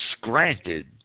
granted